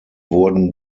wurden